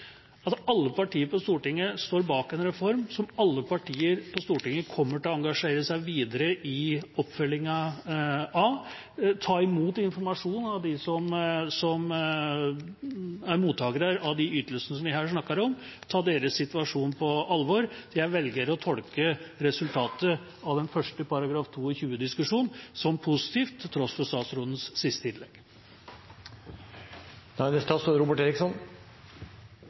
at alle partier på Stortinget står bak en reform som alle partier på Stortinget kommer til å engasjere seg videre i oppfølginga av, og ta imot informasjon av dem som er mottakere av de ytelsene som vi her snakker om, ta deres situasjon på alvor. Jeg velger å tolke resultatet av den første § 22-diskusjonen som positivt, til tross for statsrådens siste innlegg. Jeg synes dette var klargjørende og betryggende fra representanten Andersen, for det